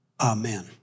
Amen